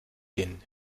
den